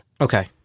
Okay